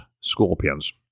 scorpions